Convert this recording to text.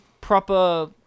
proper